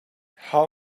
how